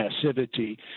passivity